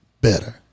better